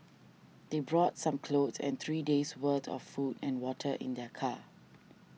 they brought some clothes and three days' worth of food and water in their car